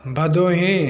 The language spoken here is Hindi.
भदोही